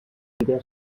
fira